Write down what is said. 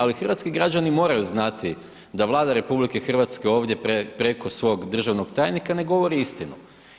Ali hrvatski građani moraju znati da Vlada RH ovdje preko svog državnog tajnika ne govori istinu.